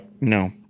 No